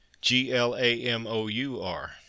G-L-A-M-O-U-R